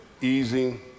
easing